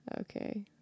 okay